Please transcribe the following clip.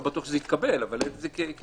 לא בטוח שזה יתקבל, אבל העליתי את זה כשאלה.